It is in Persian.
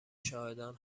شاهدان